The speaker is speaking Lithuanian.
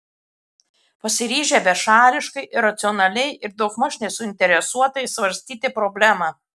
pasiryžę bešališkai racionaliai ir daugmaž nesuinteresuotai svarstyti problemą